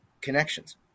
connections